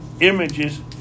images